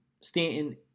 Stanton